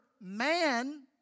man